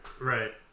Right